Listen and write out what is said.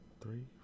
Three